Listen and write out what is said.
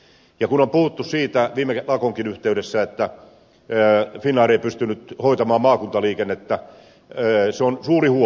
ja kun on puhuttu siitä viime lakonkin yhteydessä että finnair ei pystynyt hoitamaan maakuntaliikennettä se on suuri huoli